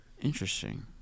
Interesting